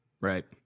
Right